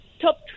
top